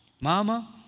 Mama